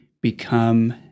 become